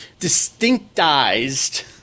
distinctized